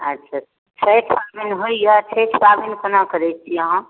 अच्छा छठि पाबनि होइए छठि पाबनि कोना करै छी अहाँ